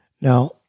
Now